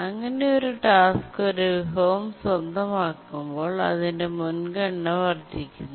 അങ്ങനെ ഒരു ടാസ്ക് ഒരു വിഭവം സ്വന്തമാക്കുമ്പോൾ അതിന്റെ മുൻഗണന വർദ്ധിക്കുന്നു